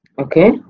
Okay